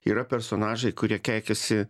yra personažai kurie keikiasi